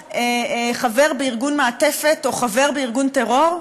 חבר בארגון מעטפת או חבר בארגון טרור?